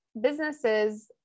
businesses